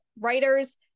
writers